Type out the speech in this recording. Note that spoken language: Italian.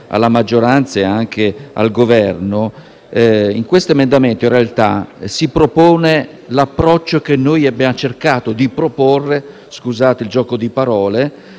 alla maggioranza e al Governo che in questo emendamento si propone l'approccio che noi abbiamo cercato di proporre - scusate il gioco di parole